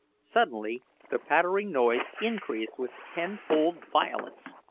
suddenly the pattering noise increased with tenfold violence.